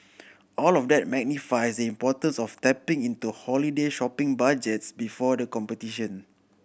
all of that magnifies the importance of tapping into holiday shopping budgets before the competition